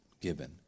given